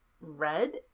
red